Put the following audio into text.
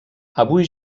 avui